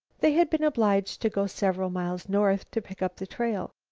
they had been obliged to go several miles north to pick up the trail.